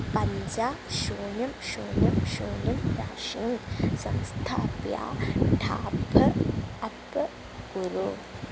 पञ्ज शून्यं शून्यं शून्यं राशिं संस्थाप्य ठाप्प अप् कुरु